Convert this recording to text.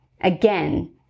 again